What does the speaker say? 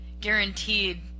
guaranteed